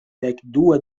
dekdua